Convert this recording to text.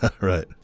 Right